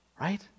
Right